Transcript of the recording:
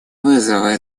вызовы